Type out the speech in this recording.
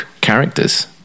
characters